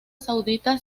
saudita